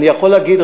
אני יכול להגיד,